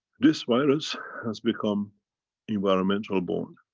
this virus has become environmental borne.